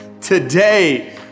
today